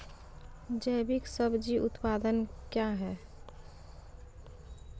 जैविक सब्जी उत्पादन क्या हैं?